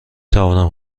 توانم